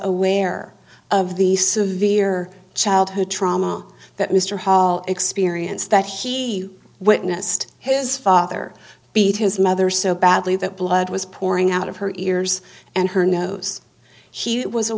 aware of the severe childhood trauma that mr hall experience that he witnessed his father beat his mother so badly that blood was pouring out of her ears and her nose he was a